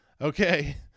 okay